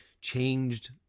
changed